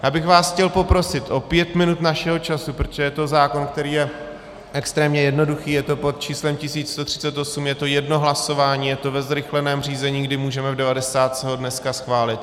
Já bych vás chtěl poprosit o pět minut našeho času, protože to je zákon, který je extrémně jednoduchý, je to pod číslem 1138, je to jedno hlasování, je to ve zrychleném řízení, kdy ho můžeme v devadesátce dnes schválit.